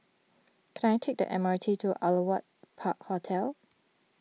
can I take the M R T to Aliwal Park Hotel